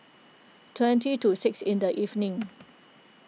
twenty to six in the evening